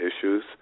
issues